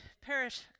parish